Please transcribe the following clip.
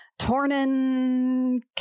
Tornin